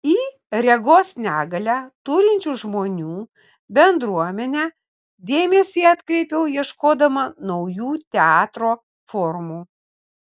į regos negalią turinčių žmonių bendruomenę dėmesį atkreipiau ieškodama naujų teatro formų